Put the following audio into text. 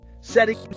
setting